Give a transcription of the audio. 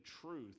truth